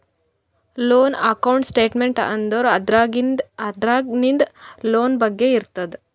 loan account statement ಅಂದುರ್ ಅದ್ರಾಗ್ ನಿಂದ್ ಲೋನ್ ಬಗ್ಗೆ ಇರ್ತುದ್